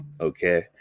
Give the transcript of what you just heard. Okay